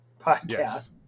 podcast